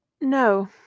no